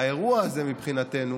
האירוע הזה מבחינתנו